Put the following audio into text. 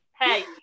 hey